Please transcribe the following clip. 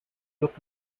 look